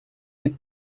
від